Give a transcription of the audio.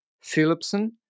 Philipson